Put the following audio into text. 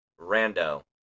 Rando